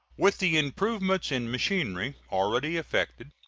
with the improvements in machinery already effected,